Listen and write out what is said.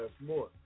more